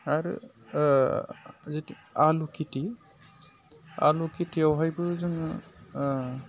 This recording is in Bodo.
आरो जिथु आलु खेथि आलु खेथियावहायबो जोङो